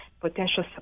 potential